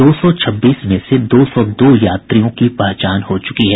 दो सौ छब्बीस में से दो सौ दो यात्रियों की पहचान हो चुकी है